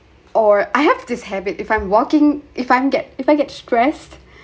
or I have this habit if I'm walking if I'm get if I get stressed